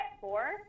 Four